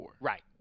Right